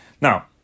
Now